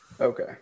Okay